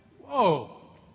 Whoa